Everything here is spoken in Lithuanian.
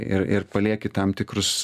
ir ir palieki tam tikrus